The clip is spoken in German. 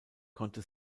konnte